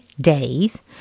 days